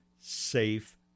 safe